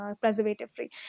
preservative-free